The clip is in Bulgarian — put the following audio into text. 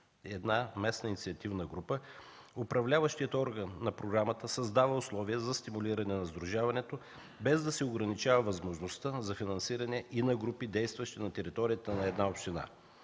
една местна инициативна група, управляващият орган на програмата създава условия за стимулиране на сдружаването, без да се ограничава възможността за финансиране и на групи, действащи на територията на една община.